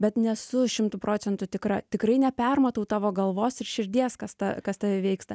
bet nesu šimtu procentų tikra tikrai nepermatau tavo galvos ir širdies kas ta kas tave veiksta